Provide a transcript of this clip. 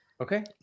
Okay